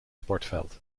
sportveld